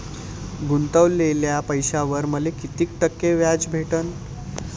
गुतवलेल्या पैशावर मले कितीक टक्के व्याज भेटन?